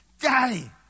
Daddy